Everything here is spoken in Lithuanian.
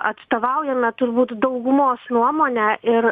atstovaujame turbūt daugumos nuomonę ir